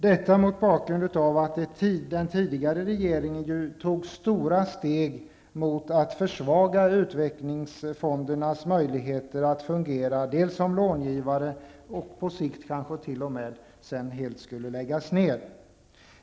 Den förra regeringen tog ju stora steg mot att försvaga utvecklingsfondernas möjligheter att fungera som långivare -- på sikt skulle de kanske t.o.m. läggas ner.